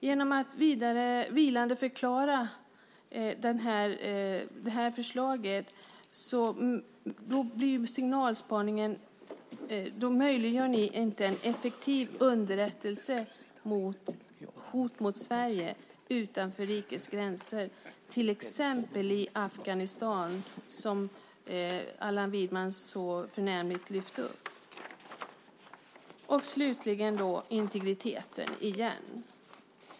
Genom att vilandeförklara det här förslaget möjliggör ni inte en effektiv underrättelse vid hot mot Sverige utanför rikets gränser, till exempel i Afghanistan, som Allan Widman så förnämligt lyfte upp. Slutligen vill jag ta upp integriteten igen.